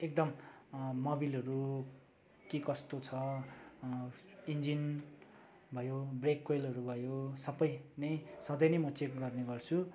एकदम मोबिलहरू के कस्तो छ इन्जिन भयो ब्रेक कोइलहरू भयो सबै नै सधैँ नै म चेक गर्ने गर्छु